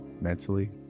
mentally